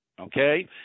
Okay